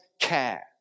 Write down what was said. care